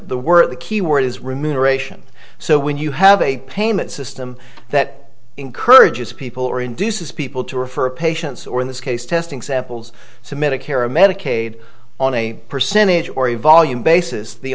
the word the key word is remuneration so when you have a payment system that encourages people or induces people to refer patients or in this case testing samples to medicare or medicaid on a percentage or a volume basis the